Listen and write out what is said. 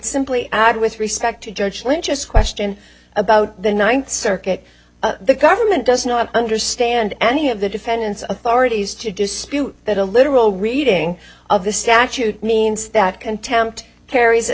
simply add with respect to judge lynn just a question about the ninth circuit the government does not understand any of the defendant's authorities to dispute that a literal reading of the statute means that contempt carr